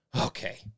okay